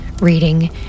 reading